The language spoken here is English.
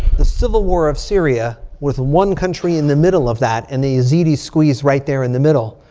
the civil war of syria with one country in the middle of that. and the yazidi squeeze right there in the middle.